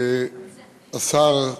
השר,